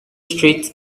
street